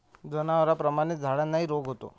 जनावरांप्रमाणेच झाडांनाही रोग होतो